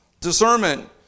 Discernment